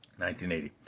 1980